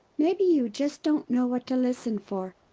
maybe you just don't know what to listen for.